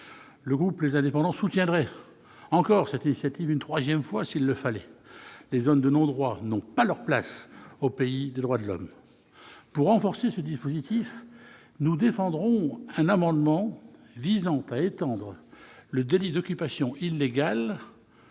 Le groupe Les Indépendants soutiendrait une troisième fois cette initiative, s'il le fallait. Les zones de non-droit n'ont pas leur place au pays des droits de l'homme. Pour renforcer ce dispositif, nous défendrons un amendement visant à étendre le délit d'occupation illégale